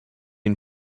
une